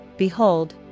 Behold